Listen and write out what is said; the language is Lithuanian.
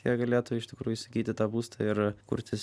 jie galėtų iš tikrųjų įsigyti tą būstą ir kurtis